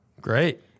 Great